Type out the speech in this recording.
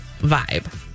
vibe